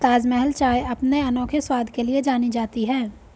ताजमहल चाय अपने अनोखे स्वाद के लिए जानी जाती है